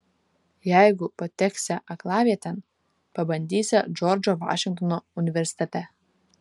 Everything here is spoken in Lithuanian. jeigu pateksią aklavietėn pabandysią džordžo vašingtono universitete